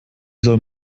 soll